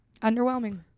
underwhelming